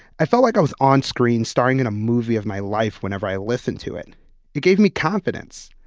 i felt like i was onscreen starring in a movie of my life whenever i listened to it. it gave me confidence.